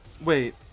Wait